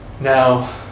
now